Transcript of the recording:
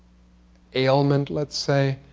ailment, let's say,